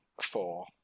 Four